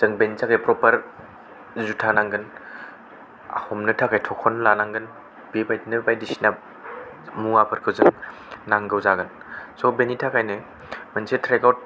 जोंनो बेनि थाखाय प्रपार जुथा नांगोन हमनो थाखाय थखन लानांगोन बेबायदिनो बायदिसिना मुवाफोरखौ जों नांगौ जागोन स' बेनि थाखायनो मोनसे ट्रेकआव